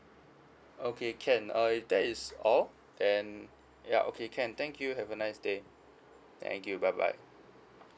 okay can uh if that is all then ya okay can thank you have a nice day thank you bye bye